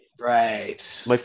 Right